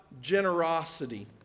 generosity